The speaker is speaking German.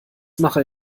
mache